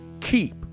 keep